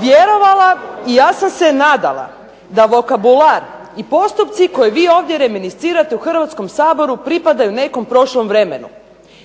vjerovala i ja sam se nadala da vokabular i postupci koje vi ovdje reminiscirate u Hrvatskom saboru pripadaju nekom prošlom vremenu.